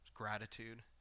Gratitude